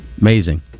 amazing